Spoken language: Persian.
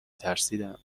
ترسیدم